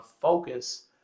focus